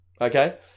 okay